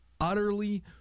utterly